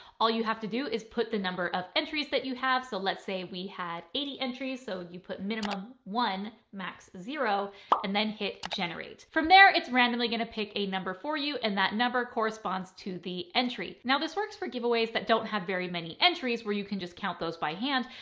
all you have to do is put the number of entries that you have, so let's say we had eighty entries, so you put minimum one max eight zero and then hit generate from there. it's randomly going to pick a number for you and that number corresponds to the entry. now, this works for giveaways that don't have very many entries where you can just count those by hand,